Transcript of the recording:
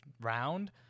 round